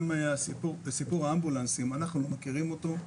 גם את סיפור האמבולנסים- אנחנו לא מכירים אותו.